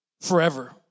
forever